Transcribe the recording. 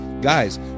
Guys